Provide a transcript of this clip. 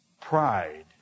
pride